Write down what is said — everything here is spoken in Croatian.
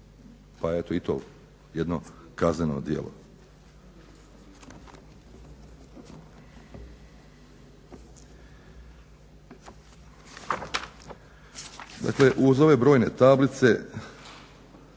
Pa eto i to je jedno kazneno djelo.